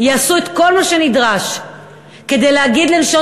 יעשו את כל מה שנדרש כדי להגיד לנשות